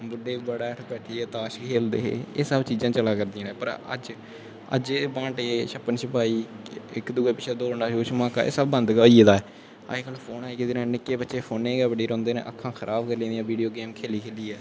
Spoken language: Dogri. बुड्ढे बी बड़ा हैठ बैठियै ताश खेलदे हे एह् सब चीजां चला करदियां नै पर अज्ज अज्ज एह् बांटे शप्पन शपाई इक दुऐ दै पिच्छें दौड़ना शुह् सोआका एह् सब बंद होई गेदा ऐ अज कल फोन आई गेदे नै निक्के बच्चे फोने च गै बड़े रौंह्दे नै अक्खां खराब करी लेदियां वीडियो गेम खेली खेलियै